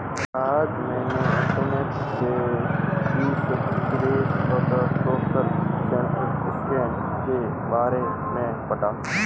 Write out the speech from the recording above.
आज मैंने इंटरनेट से इंश्योरेंस और सोशल सेक्टर स्किम के बारे में पढ़ा